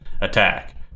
attack